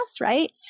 right